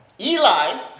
Eli